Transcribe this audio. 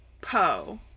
Poe